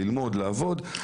ללמוד ולעבוד,